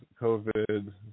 COVID